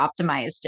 optimized